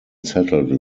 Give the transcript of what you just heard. settled